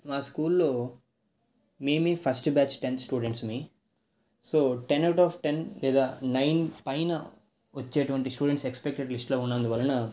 మా స్కూల్లో మేమే ఫస్ట్ బ్యాచ్ టెన్త్ స్టూడెంట్స్ము so ten out of ten లేదా నైన్ పైన వచ్చేటువంటి స్టూడెంట్స్ ఎక్స్పెక్టెడ్ లిస్ట్లో ఉన్నందు వలన